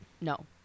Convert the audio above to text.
No